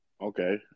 Okay